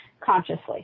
consciously